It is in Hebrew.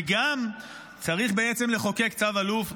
וגם צריך בעצם לחוקק צו אלוף,